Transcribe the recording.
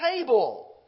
table